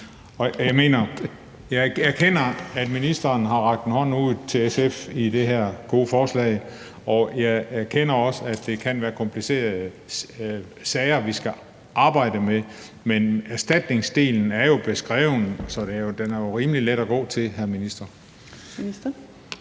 jeg erkender, at ministeren har rakt en hånd ud til SF med det her gode forslag, og jeg erkender også, at det kan være komplicerede sager, som vi skal arbejde med. Men erstatningsdelen er jo beskrevet, så den er jo rimelig let at gå til, hr.